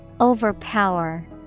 Overpower